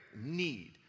Need